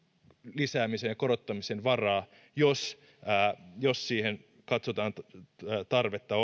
lisäämisen ja korottamisen varaa jos jos siihen katsotaan tarvetta